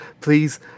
please